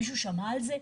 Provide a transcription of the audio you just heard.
מישהו שמע על זה?